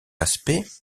aspect